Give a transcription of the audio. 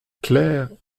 clair